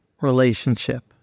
relationship